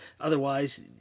otherwise